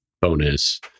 bonus